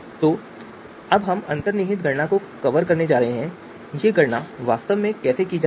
तो अब हम अंतर्निहित गणित को कवर करने जा रहे हैं कि ये गणना वास्तव में कैसे की जाती है